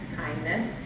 kindness